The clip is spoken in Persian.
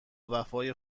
وفای